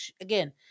again